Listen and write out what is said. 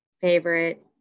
favorite